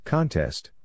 Contest